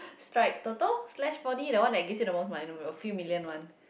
strike Toto slash four-D the one that gives you the most money the a few million one